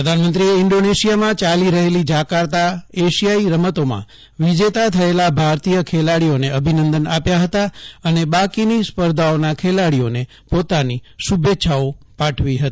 પ્રધાનમંત્રીએ ઈન્ડોનેશિયામાં ચાલી રહેલી જાકાર્તા અશિયાઈ રમતોમાં વિજેતા થયેલા ભારતીય ખેલાડીઓને અભિનંદન આપ્યા હતા અને જે સ્પર્ધાઓ બાકી છે તે સ્પર્ધાઓના ખેલાડીઓનેપોતાની શુભેચ્છાઓ પાઠવી હતી